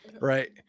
Right